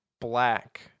black